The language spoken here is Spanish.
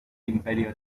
imperio